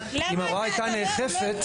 זאת אומרת שאם ההוראה הייתה נאכפת,